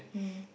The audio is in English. mm